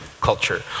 culture